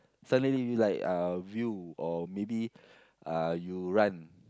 suddenly you like uh view or maybe uh you run